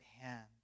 hand